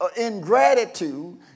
ingratitude